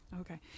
Okay